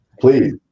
Please